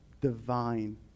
divine